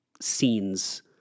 scenes